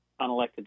unelected